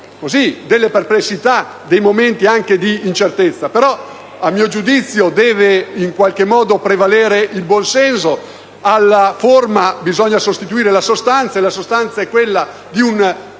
destare perplessità e dei momenti anche di incertezza; però, a mio giudizio deve in qualche modo prevalere il buon senso: alla forma bisogna sostituire la sostanza, e la sostanza è quella di